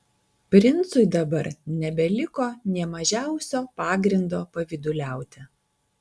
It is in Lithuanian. princui dabar nebeliko nė mažiausio pagrindo pavyduliauti